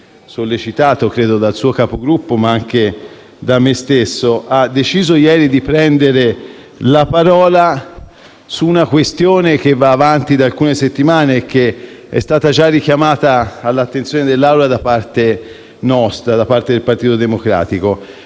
volte sollecitato credo dal suo Capogruppo (ma anche da me stesso), ha deciso di prendere la parola su una questione che va avanti da alcune settimane e che è stata già richiamata all'attenzione dell'Assemblea da parte del Partito Democratico.